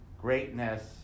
Greatness